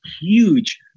huge